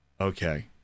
okay